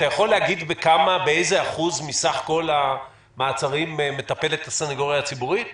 אתה יכול להגיד באיזה אחוז מסך כל המעצרים מטפלת הסניגוריה הציבורית?